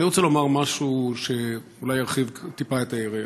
אני רוצה לומר משהו שאולי ירחיב טיפה את היריעה.